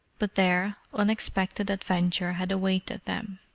but there, unexpected adventure had awaited them.